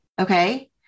okay